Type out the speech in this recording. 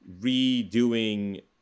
redoing